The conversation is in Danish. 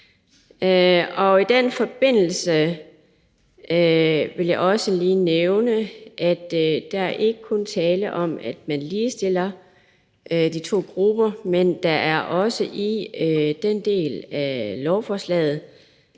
I den forbindelse vil jeg også lige nævne, at der ikke kun er tale om, at man ligestiller de to grupper, men at der også i den del af lovforslaget